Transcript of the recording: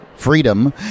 freedom